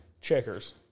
Checkers